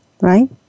right